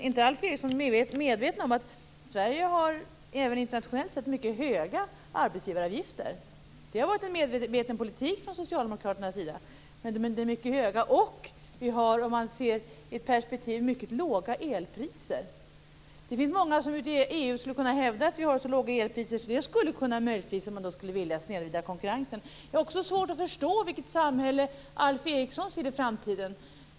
Är inte Alf Eriksson medveten om att Sverige har även internationellt sett mycket höga arbetsgivaravgifter? Det har varit en medveten politik från socialdemokraternas sida. Men vi har mycket låga elpriser. Det finns många som i EU skulle kunna hävda att vi har så låga elpriser att det skulle kunna snedvrida konkurrensen. Jag har svårt att förstå vilket samhälle Alf Eriksson ser i framtiden.